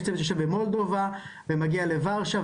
יש מישהו במולדובה ומגיע לוורשה,